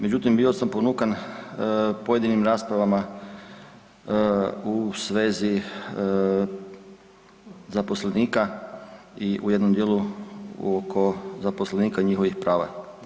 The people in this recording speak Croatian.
Međutim, bio sam ponukan pojedinim raspravama u svezi zaposlenika i u jednom dijelu oko zaposlenika i njihovih prava.